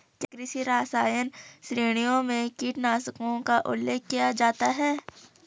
क्या कृषि रसायन श्रेणियों में कीटनाशकों का उल्लेख किया जाता है?